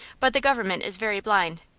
but the government is very blind.